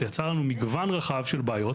שיצר לנו מגוון רחב של בעיות,